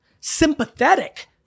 sympathetic